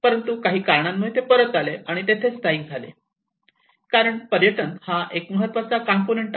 परंतु काही कारणांमुळे ते परत आले आणि तेथेच स्थायिक झाले कारण पर्यटन हा एक महत्वाचा कॉम्पोनन्ट्स आहे